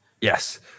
Yes